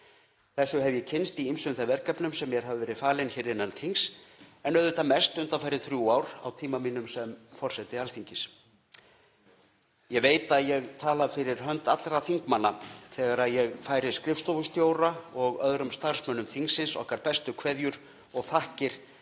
Þessu hef ég kynnst í ýmsum þeim verkefnum sem mér hafa verið falin hér innan þings en auðvitað mest undanfarin þrjú ár á tíma mínum sem forseti Alþingis. Ég veit að ég tala fyrir hönd allra þingmanna þegar ég færi skrifstofustjóra og öðrum starfsmönnum þingsins okkar bestu kveðjur og þakkir